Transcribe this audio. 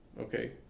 okay